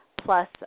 plus